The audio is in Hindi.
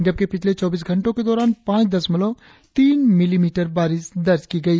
जबकि पिछले चौबीस घंटो के दौरान पांच दशमलव तीन मिलीमीटर बारिश दर्ज की गई